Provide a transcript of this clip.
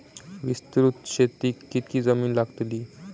विस्तृत शेतीक कितकी जमीन लागतली?